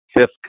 fifth